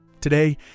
Today